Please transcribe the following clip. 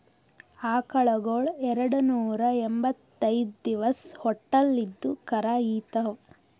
ಆಕಳಗೊಳ್ ಎರಡನೂರಾ ಎಂಭತ್ತೈದ್ ದಿವಸ್ ಹೊಟ್ಟಲ್ ಇದ್ದು ಕರಾ ಈತಾವ್